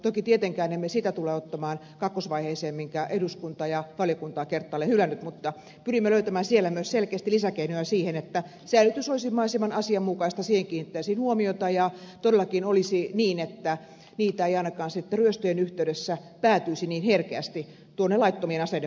toki tietenkään emme tule ottamaan kakkosvaiheeseen sitä minkä eduskunta ja valiokunta on kertaalleen hylännyt mutta pyrimme löytämään siellä myös selkeästi lisäkeinoja siihen että säilytys olisi mahdollisimman asianmukaista siihen kiinnitettäisiin huomiota ja todellakin olisi niin että niitä ei ainakaan ryöstöjen yhteydessä päätyisi niin herkästi tuonne laittomien aseiden markkinoille